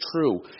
true